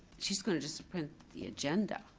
she's gonna just print the agenda.